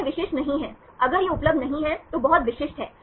यह विशिष्ट नहीं है अगर यह उपलब्ध नहीं है तो बहुत विशिष्ट है